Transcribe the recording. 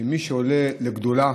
שמי שעולה לגדולה